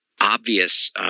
obvious